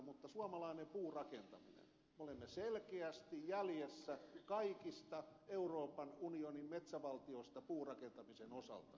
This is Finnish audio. mutta suomalaisessa puurakentamisessa olemme selkeästi jäljessä kaikista euroopan unionin metsävaltioista puurakentamisen osalta